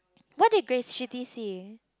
what did Grace see